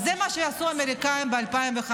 אז זה מה שעשו האמריקנים ב-2015.